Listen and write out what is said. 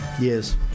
Yes